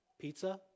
pizza